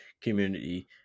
community